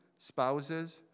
Spouses